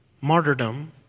martyrdom